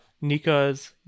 Nika's